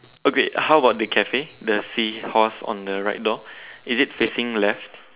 oh great how about the Cafe the seahorse on the right door is it facing left